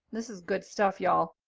this is good stuff y'all.